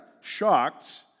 shocked